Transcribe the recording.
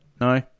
No